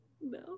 No